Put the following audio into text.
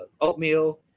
oatmeal